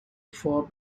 form